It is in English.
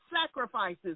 sacrifices